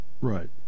Right